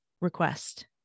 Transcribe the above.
request